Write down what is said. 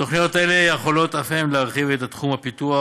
תוכניות אלה יכולות אף הן להרחיב את תחום הפיתוח,